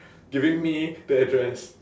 giving me the address